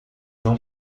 não